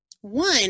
One